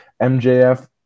MJF